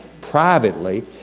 privately